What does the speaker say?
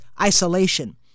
isolation